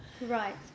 Right